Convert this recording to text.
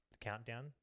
countdown